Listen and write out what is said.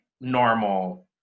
normal